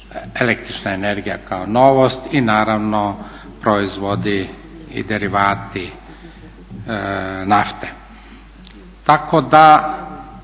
električna energija kao novost i naravno proizvodi i derivati nafte.